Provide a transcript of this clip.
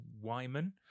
Wyman